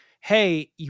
Hey